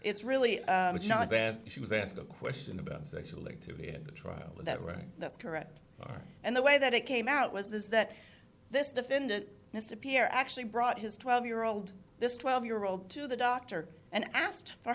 it's really not bad she was asked a question about sexual activity at the trial that's right that's correct and the way that it came out was that this defendant mr pierre actually brought his twelve year old this twelve year old to the doctor and asked for